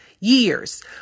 Years